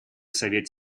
совет